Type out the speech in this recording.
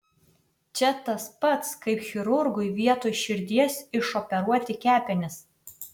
čia tas pats kaip chirurgui vietoj širdies išoperuoti kepenis